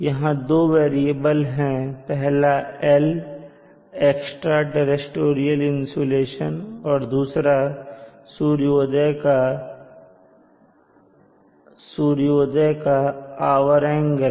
यहां दो वेरिएबल हैं पहला L एक्स्ट्रा टेरेस्टेरियल इंसुलेशन और दूसरा सूर्य उदय का आवर एंगल